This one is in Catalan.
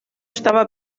estava